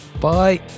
Bye